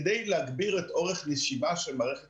כדי להגביר את אורך הנשימה של מערכת